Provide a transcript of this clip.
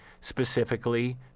specifically